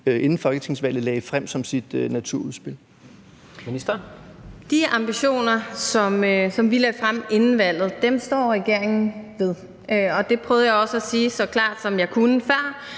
17:14 Miljøministeren (Lea Wermelin): De ambitioner, vi lagde frem inden valget, står regeringen ved, og det prøvede jeg også at sige så klart, som jeg kunne, før.